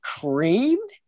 creamed